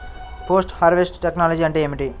Post harvest technology అంటే ఏమిటి?